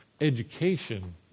education